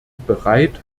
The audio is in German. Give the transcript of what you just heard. bereit